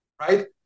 Right